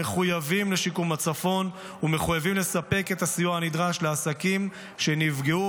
מחויבים לשיקום הצפון ומחויבים לספק את הסיוע הנדרש לעסקים שנפגעו,